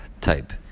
type